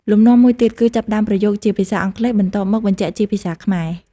លំនាំមួយទៀតគឺចាប់ផ្តើមប្រយោគជាភាសាអង់គ្លេស បន្ទាប់មកបញ្ចប់ជាភាសាខ្មែរ។